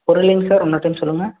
ஒரு நிமிஷம் இன்னொரு டைம் சொல்லுங்கள்